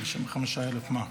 55,000 מה?